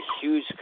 huge